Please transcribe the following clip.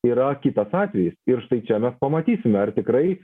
yra kitas atvejis ir štai čia mes pamatysime ar tikrai